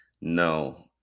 No